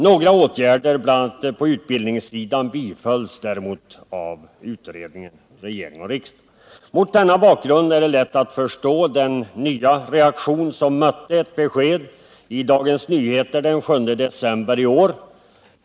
Vissa åtgärder, bl.a. på utbildningssidan, bifölls däremot av utredning, regering och riksdag. Mot denna bakgrund är det lätt att förstå den nya reaktion som mötte ett besked i Dagens Nyheter den 7 december i år.